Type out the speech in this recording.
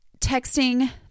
texting